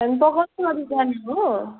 हामी पकाउने गरी जाने हो